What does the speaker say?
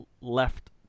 left